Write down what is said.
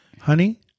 Honey